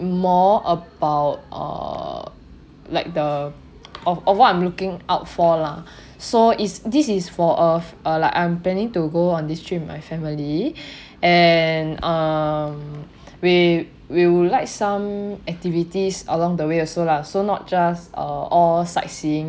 more about err like the of uh what I'm looking out for lah so is this is for a uh like I'm planning to go on this trip with my family and um we would like some activities along the way also lah so not just uh all sightseeing